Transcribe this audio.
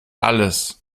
alles